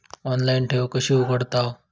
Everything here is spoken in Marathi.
ऑनलाइन ठेव कशी उघडतलाव?